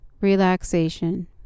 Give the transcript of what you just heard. relaxation